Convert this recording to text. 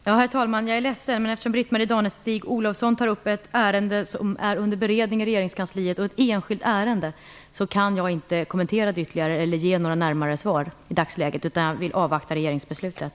Herr talman! Jag är ledsen, men eftersom Britt Marie Danestig-Olofsson tar upp ett ärende som är under beredning i regeringskansliet och ett enskilt ärende kan jag inte kommentera det ytterligare eller ge några närmare svar i dagsläget. Jag vill avvakta regeringsbeslutet.